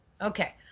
Okay